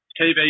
TV